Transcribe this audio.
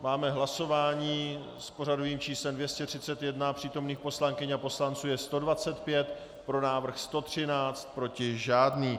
Máme hlasování s pořadovým číslem 231, přítomných poslankyň a poslanců je 125, pro návrh 113, proti žádný.